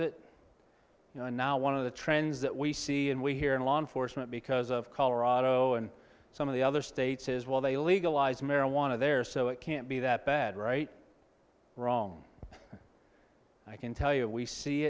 it and now one of the trends that we see and we hear in law enforcement because of colorado and some of the other states as well they legalized marijuana there so it can't be that bad right or wrong i can tell you we see